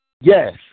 Yes